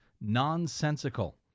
nonsensical